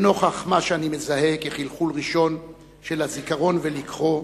לנוכח מה שאני מזהה כחלחול ראשון של הזיכרון ולקחו